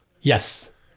Yes